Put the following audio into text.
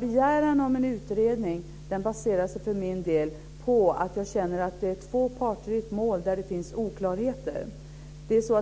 Begäran om en utredning baserar sig för min del på att jag känner att det är två parter i ett mål där det finns oklarheter.